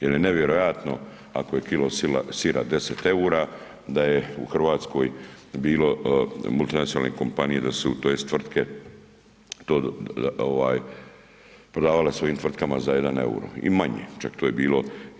Jer je nevjerojatno ako je kilo sira 10 eura da je u Hrvatskoj bilo, multinacionalne kompanije da su tj. tvrtke prodavale svojim tvrtkama za 1 euro i manje, čak je to bilo.